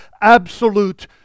absolute